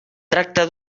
tracta